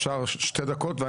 אפשר שתי דקות?